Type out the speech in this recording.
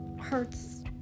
hurts